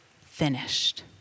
finished